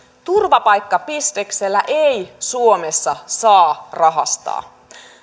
turvapaikkabisneksellä ei suomessa saa rahastaa